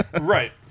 Right